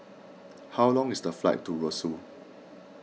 how long is the flight to Roseau